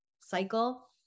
cycle